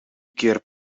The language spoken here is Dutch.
keer